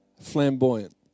Flamboyant